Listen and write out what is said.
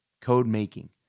code-making